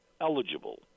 eligible